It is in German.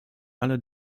aller